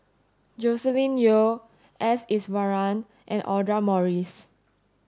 Joscelin Yeo S Iswaran and Audra Morrice